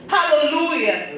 Hallelujah